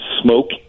smoke